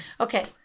Okay